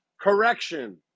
correction